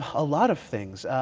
a lot of things.